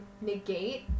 negate